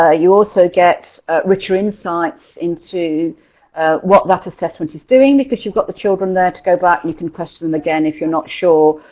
ah you also get richer insights into what that assessment is doing, because you've got the children there to go back and you can question them again if you're not sure